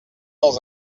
als